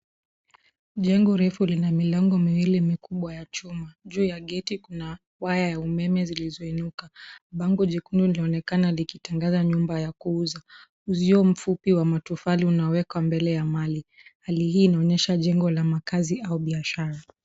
Jengo refu lina milango miwili mikubwa ya chuma. Juu ya geti kuna waya ya umeme zilizoinuka. Bango jekundu linaonekana likitangaza nyumba ya kuuza. Uzio mfupi wa matofali unawekwa mbele ya mali. Hali hii inaonyesha jengo la makazi au biashara.